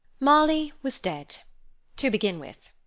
marley was dead to begin with.